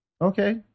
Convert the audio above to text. Okay